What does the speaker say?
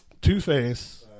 Two-Face